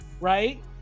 right